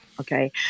Okay